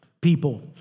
people